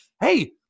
hey